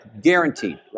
Guaranteed